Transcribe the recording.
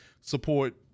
support